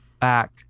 back